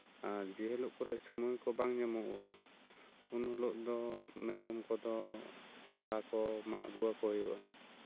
ᱟᱨ ᱡᱮᱦᱤᱞᱳᱜ ᱠᱚᱨᱮᱜ ᱥᱚᱢᱚᱭ ᱠᱚ ᱵᱟᱝ ᱧᱟᱢᱚᱜᱼᱟ ᱩᱱ ᱦᱤᱞᱳᱜ ᱫᱚ ᱢᱮᱨᱚᱢ ᱠᱚᱫᱚ ᱯᱟᱞᱟ ᱠᱚ ᱢᱟᱜ ᱟᱹᱜᱩ ᱦᱩᱭᱩᱜᱼᱟ